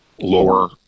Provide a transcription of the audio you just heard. lower